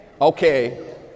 Okay